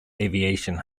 aviation